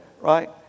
right